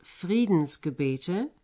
Friedensgebete